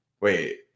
Wait